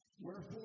Wherefore